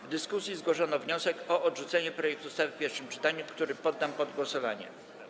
W dyskusji zgłoszono wniosek o odrzucenie projektu ustawy w pierwszym czytaniu, który poddam pod głosowanie.